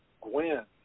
Gwen